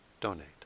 donate